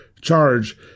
charge